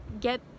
get